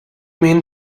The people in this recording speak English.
mean